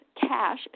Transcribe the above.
cash